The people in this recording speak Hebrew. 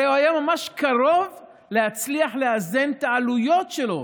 הרי הוא היה ממש קרוב להצליח לאזן את העלויות שלו,